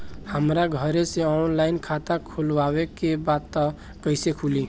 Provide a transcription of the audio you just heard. हमरा घरे से ऑनलाइन खाता खोलवावे के बा त कइसे खुली?